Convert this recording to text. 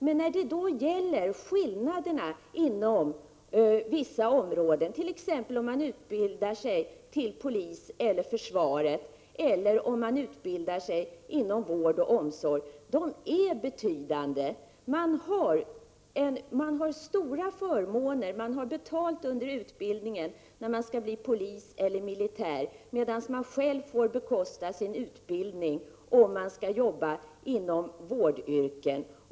Men skillnaderna är betydande när det gäller olika områden — t.ex. om man utbildar sig inom polisyrket eller inom försvaret eller om man utbildar sig inom vård och omsorg. Man har stora förmåner — betalt under utbildningen — när man skall bli polis eller militär, medan man själv får bekosta sin utbildning om man skall jobba inom vårdyrken.